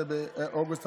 זה באוגוסט.